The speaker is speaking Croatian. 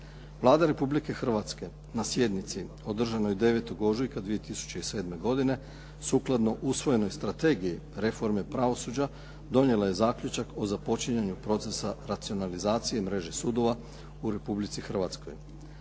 Vlada Republike Hrvatske na sjednici održanoj 9. ožujka 2007. godine sukladno usvojenoj strategiji reforme pravosuđa donijela je zaključak o započinjanju procesa racionalizacije mreže sudova u Republici Hrvatskoj.